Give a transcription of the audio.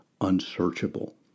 unsearchable